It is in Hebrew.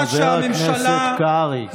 חבר הכנסת קרעי.